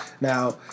Now